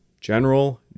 General